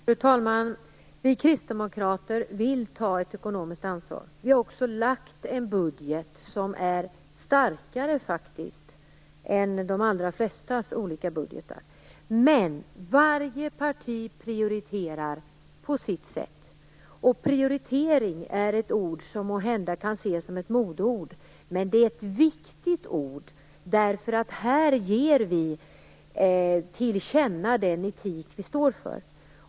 Fru talman! Vi kristdemokrater vill ta ekonomiskt ansvar. Vi har också lagt fram en budget som faktiskt är starkare än vad de flesta andra partiers budgetar är. Varje parti prioriterar på sitt sätt. Ordet prioritering kan måhända ses som ett modeord, men det är ett viktigt ord. Genom prioritering ger vi till känna den etik vi står för.